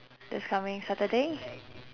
this coming saturday